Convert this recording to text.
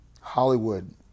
Hollywood